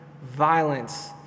violence